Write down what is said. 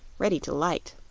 ready to light.